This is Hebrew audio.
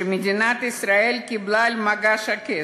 שמדינת ישראל קיבלה על מגש כסף.